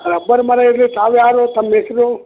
rubber ಮರ ಇರಲಿ ತಾವು ಯಾರು ತಮ್ಮ ಹೆಸ್ರು